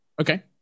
Okay